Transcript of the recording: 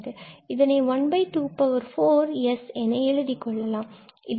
இதனை 124S என எழுதிக்கொள்ளலாம்